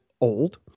old